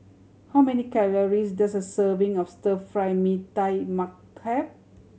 how many calories does a serving of Stir Fry Mee Tai Mak have